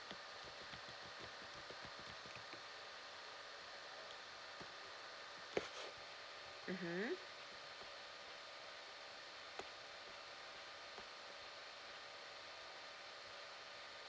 mmhmm